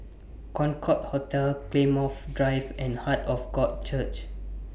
Concorde Hotel Claymore Drive and Heart of God Church